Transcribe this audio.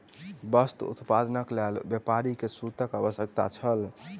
वस्त्र उत्पादनक लेल व्यापारी के सूतक आवश्यकता छल